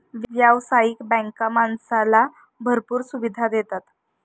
व्यावसायिक बँका माणसाला भरपूर सुविधा देतात